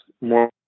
more